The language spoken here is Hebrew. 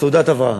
סעודת הבראה.